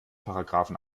paragraphen